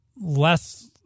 less